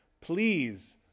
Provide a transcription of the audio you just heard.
please